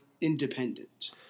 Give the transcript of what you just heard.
independent